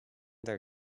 their